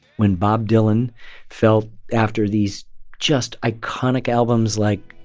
when bob dylan felt after these just iconic albums like,